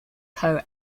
coa